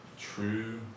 true